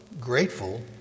grateful